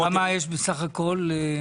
כמה יש בסך הכול?